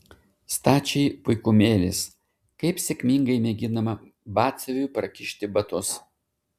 stačiai puikumėlis kaip sėkmingai mėginama batsiuviui prakišti batus